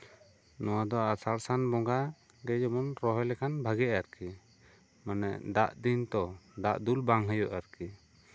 ᱱᱚᱣᱟ ᱫᱚ ᱟᱥᱟᱲ ᱥᱟᱱ ᱵᱚᱸᱜᱟ ᱜᱮ ᱡᱮᱢᱚᱱ ᱵᱚᱱ ᱨᱚᱦᱚᱭ ᱞᱮᱠᱷᱟᱱ ᱵᱷᱟᱜᱤᱜᱼᱟ ᱟᱨᱠᱤ ᱢᱟᱱᱮ ᱫᱟᱜ ᱫᱤᱱ ᱛᱚ ᱫᱟᱜ ᱫᱩᱞ ᱵᱟᱝ ᱦᱩᱭᱩᱜᱼᱟ ᱟᱨᱠᱤ